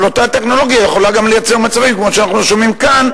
אבל אותה טכנולוגיה יכולה גם לייצר מצבים כמו שאנחנו שומעים כאן,